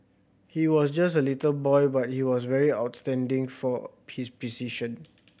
he was just a little boy but he was very outstanding for his precision